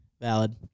Valid